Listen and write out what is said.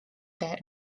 that